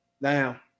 Now